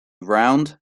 round